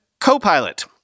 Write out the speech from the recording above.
Copilot